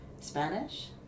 Spanish